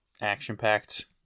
action-packed